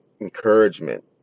encouragement